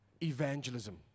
Evangelism